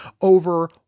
over